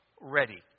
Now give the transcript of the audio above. ready